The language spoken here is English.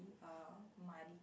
err muddy